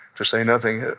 to say nothing